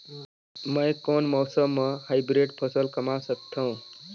मै कोन मौसम म हाईब्रिड फसल कमा सकथव?